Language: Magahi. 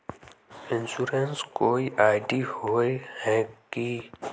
इंश्योरेंस कोई आई.डी होय है की?